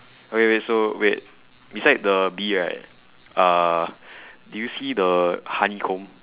okay okay so wait beside the bee right uh do you see the honeycomb